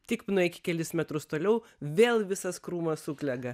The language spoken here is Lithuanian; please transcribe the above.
tik nueik kelis metrus toliau vėl visas krūmas suklega